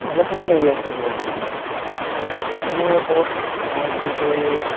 ভালেখিনি গাড়ী আছে মোৰ বিভাগত সেইখিনিৰ ওপৰত মই যিহেতু